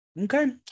Okay